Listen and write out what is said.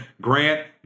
Grant